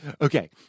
okay